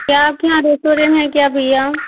क्या आपके यहाँ रेस्टोरेंट है क्या भैया